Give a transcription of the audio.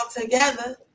together